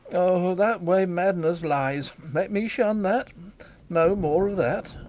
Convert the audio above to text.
o, that way madness lies let me shun that no more of that.